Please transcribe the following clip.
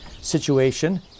situation